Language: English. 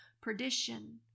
perdition